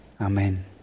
Amen